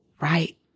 Right